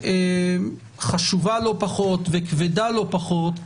שחשובה לא פחות וכבדה לא פחות,